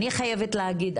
אני חייבת להגיד,